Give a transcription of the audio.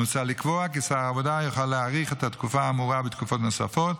מוצע לקבוע כי שר העבודה יוכל להאריך את התקופה האמורה בתקופות נוספות,